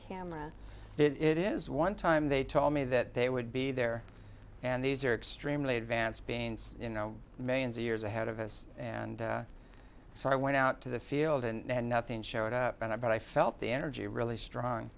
camera it is one time they told me that they would be there and these are extremely advanced beings you know millions of years ahead of us and so i went out to the field and nothing showed up and i but i felt the energy really strong